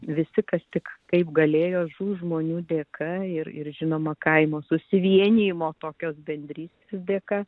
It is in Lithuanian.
visi kas tik kaip galėjo šių žmonių dėka ir ir žinoma kaimo susivienijimo tokios bendrystės dėka